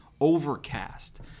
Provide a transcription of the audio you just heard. Overcast